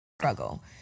Struggle